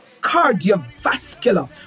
cardiovascular